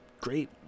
great